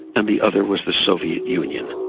and the other was the soviet union.